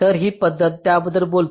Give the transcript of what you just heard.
तर ही पद्धत त्याबद्दल बोलते